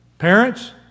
Parents